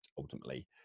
ultimately